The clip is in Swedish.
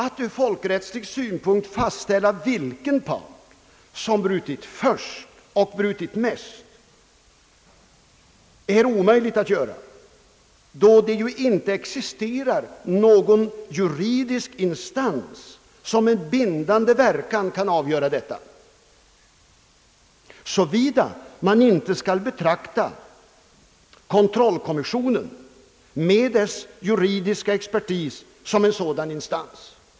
Att från folkrättslig synpunkt fastställa vilken part som brutit »först» eller »mest» är omöjligt, då det ju inte existerar någon juridisk instans, som med bindande verkan kan avgöra detta, såvida man inte skall betrakta kontrollkommissionen med dess juridiska expertis som en sådan instans.